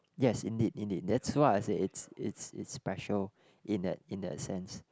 yes indeed indeed that's why I said it's it's it's special in that in that sense